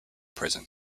prison